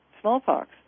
smallpox